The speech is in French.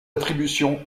attribution